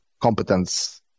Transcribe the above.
competence